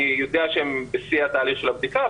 אני יודע שהם בשיא התהליך של הבדיקה,